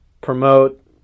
promote